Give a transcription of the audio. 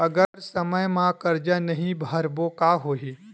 अगर समय मा कर्जा नहीं भरबों का होई?